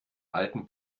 alten